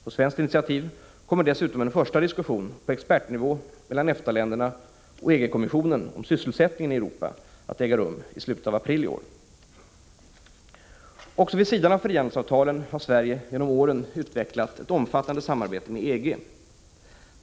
På svenskt initiativ kommer dessutom en första diskussion på expertnivå mellan EFTA-länderna och EG-kommissionen om sysselsättningen i Europa att äga rum i slutet av april i år. Också vid sidan av frihandelsavtalen har Sverige genom åren utvecklat ett omfattande samarbete med EG.